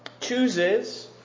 chooses